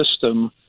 system